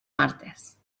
martes